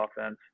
offense